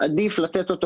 עדיף לתת אותו.